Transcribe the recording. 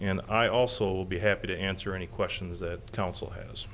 and i also be happy to answer any questions that council has